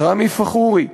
ראמי פכורי,